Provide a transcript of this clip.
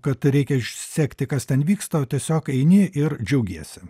kad reikia sekti kas ten vyksta o tiesiog eini ir džiaugiesi